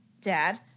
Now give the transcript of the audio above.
dad